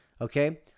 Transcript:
okay